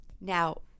now